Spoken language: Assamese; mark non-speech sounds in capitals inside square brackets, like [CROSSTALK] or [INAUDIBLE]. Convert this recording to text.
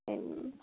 [UNINTELLIGIBLE]